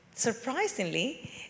Surprisingly